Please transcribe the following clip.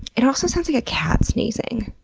it also sounds like a cat sneezing.